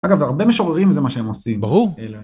אגב, הרבה משוררים זה מה שהם עושים. ברור.